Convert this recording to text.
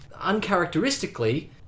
uncharacteristically